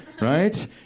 right